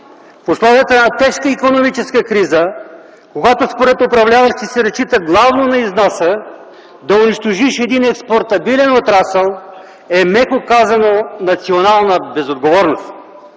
условията на тежка икономическа криза, когато според управляващите се разчита главно на износа, да унищожиш един експортабилен отрасъл, е меко казано, национална безотговорност.